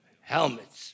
Helmets